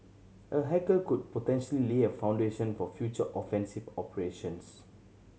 a hacker could potentially a foundation for future offensive operations